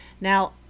now